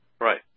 Right